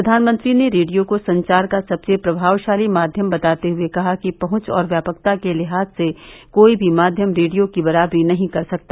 प्रधानमंत्री ने रेडियो को संचार का सबसे प्रभावशाली माध्यम बताते हुए कहा कि पहुंच और व्यापकता के लिहाज से कोई भी माध्यम रेडियो की बराबरी नही कर सकता